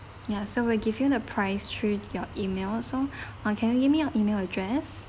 ya so we'll give you the price through your email so uh can you give me your email address